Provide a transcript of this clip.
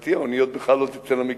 להערכתי האוניות בכלל לא תצאנה מקפריסין.